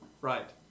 Right